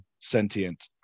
sentient